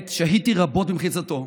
עת שהיתי רבות במחיצתו,